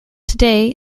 today